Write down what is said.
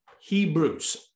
Hebrews